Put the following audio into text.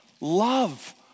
love